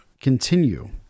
continue